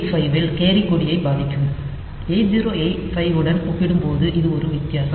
8085 ல் கேரி கொடியை பாதிக்கும் 8085 னுடன் ஒப்பிடும்போது இது ஒரு வித்தியாசம்